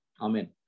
amen